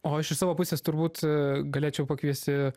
o aš iš savo pusės turbūt a galėčiau pakviesti